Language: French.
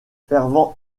fervent